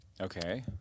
Okay